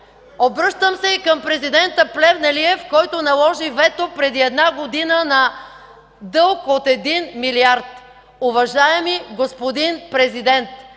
Обръщам се и към президента Плевнелиев, който наложи вето преди една година на дълг от 1 милиард. Уважаеми господин Президент,